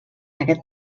aquest